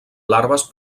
larves